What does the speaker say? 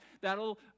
that'll